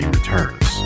Returns